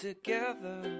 Together